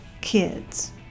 kids